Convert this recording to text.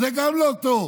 אז זה גם לא טוב.